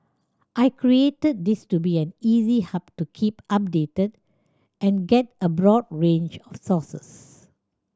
I created this to be an easy hub to keep updated and get a broad range of sources